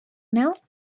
now